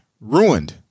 ruined